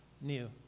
new